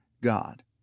God